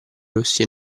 rossi